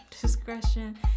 discretion